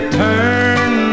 turn